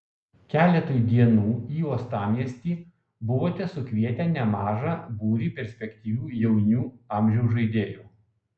keletui dienų į uostamiestį buvote sukvietę nemaža būrį perspektyvių jaunių amžiaus žaidėjų